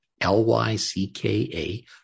L-Y-C-K-A